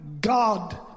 God